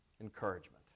encouragement